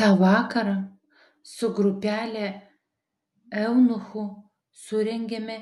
tą vakarą su grupele eunuchų surengėme